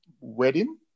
wedding